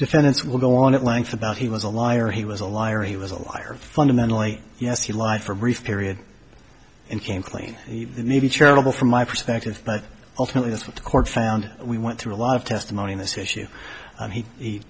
defendants will go on at length about he was a liar he was a liar he was a liar fundamentally yes he lied for a brief period and came clean he may be charitable from my perspective but ultimately that's what the court found we went through a lot of testimony on this issue